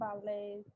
ballet